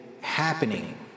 happening